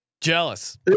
jealous